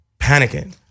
panicking